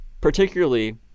Particularly